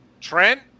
Trent